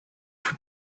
for